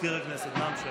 מזכיר הכנסת, נא המשך.